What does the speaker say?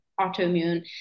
autoimmune